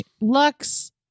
lux